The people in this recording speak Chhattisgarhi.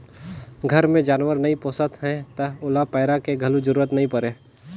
घर मे जानवर नइ पोसत हैं त ओला पैरा के घलो जरूरत नइ परे